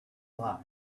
life